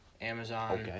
Amazon